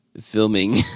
filming